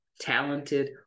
talented